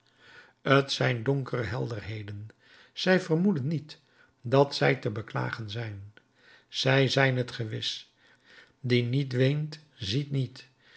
t zijn donkere helderheden zij vermoeden niet dat zij te beklagen zijn zij zijn het gewis die niet weent ziet niet